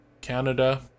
canada